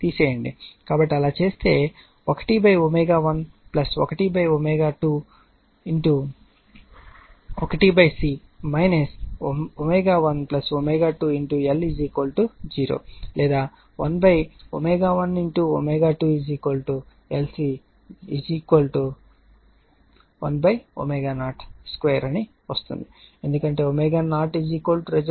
కాబట్టి అలా చేస్తే 1 ω1 1 ω2 1 C ω1 ω2 L 0 లేదా 1 ω 1 ω2 LC 1 ω02 అని పొందుతాము ఎందుకంటే ω0 రెసోనెన్స్ ఫ్రీక్వెన్సీ 1 √LC